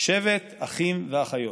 שבט אחים ואחיות,